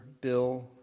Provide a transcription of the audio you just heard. Bill